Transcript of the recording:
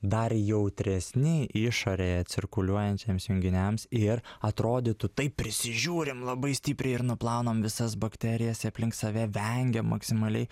dar jautresni išorėje cirkuliuojančiams junginiams ir atrodytų taip prisižiūrim labai stipriai ir nuplaunam visas bakterijas aplink save vengiam maksimaliai